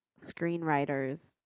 screenwriters